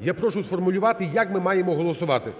я прошу сформулювати як ми маємо голосувати.